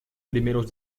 primeros